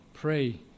Pray